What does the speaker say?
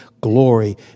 glory